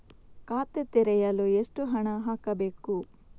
ಖಾತೆ ತೆರೆಯಲು ಎಷ್ಟು ಹಣ ಹಾಕಬೇಕು?